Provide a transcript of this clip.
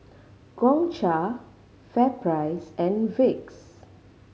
Gongcha FairPrice and Vicks